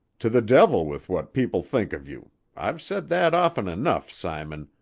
to the devil with what people think of you i've said that often enough, simon,